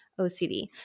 OCD